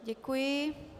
Děkuji.